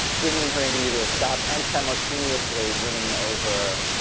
bringing her interview to a stop and simultaneously winning over